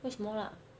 为什么 lah